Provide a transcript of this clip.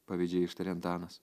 pavydžiai ištarė antanas